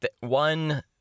one